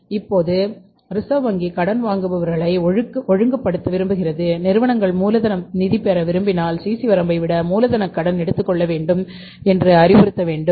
இப்போது ரிசர்வ் வங்கி கடன் வாங்குபவர்களை ஒழுங்குபடுத்த விரும்புகிறது நிறுவனங்கள் மூலம்தன நிதிபெற விரும்பினால் சிசி வரம்பை விட மூலதனக் கடன் எடுத்துக் கொள்ள வேண்டும் என்று அறிவுறுத்த வேண்டும்